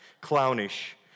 clownish